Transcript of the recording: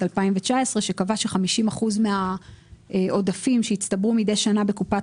2019 שקבע ש-50 אחוזים מהעודפים שיצטברו מדי שנה בקופת